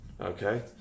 okay